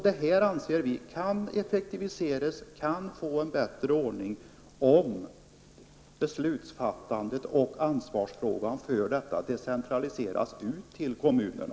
Det här anser vi kan effektiviseras och kan få en bättre ordning, om beslutsfattandet och ansvarsfrågan decentraliseras ut till kommunerna.